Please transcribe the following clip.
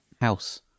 House